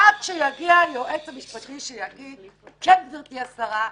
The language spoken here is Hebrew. עד שיגיע היועץ המשפטי שיגיד: כן גברתי השרה,